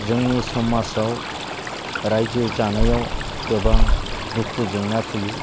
जोंनि समाजाव रायजो जानायाव गोबां दुखु जेंना फैयो